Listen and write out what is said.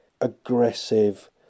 aggressive